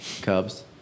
Cubs